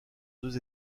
deux